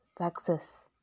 success